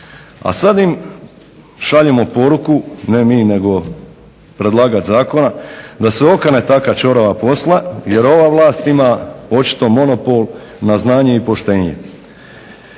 a sada im šaljemo poruku, ne mi nego predlagač Zakona da se okane takva čorava posla jer ova vlast ima očito monopol na znanje i poštenje.